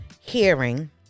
hearing